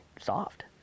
soft